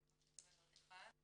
אני אשמח לקבל עוד אחד.